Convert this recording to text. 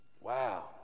Wow